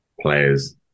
players